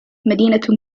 مدينة